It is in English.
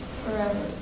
forever